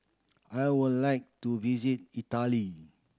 I would like to visit Italy